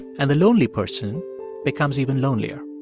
and the lonely person becomes even lonelier